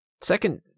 Second